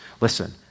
Listen